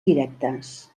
directes